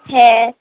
হ্যাঁ